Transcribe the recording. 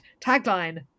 tagline